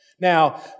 Now